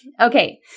Okay